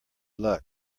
luck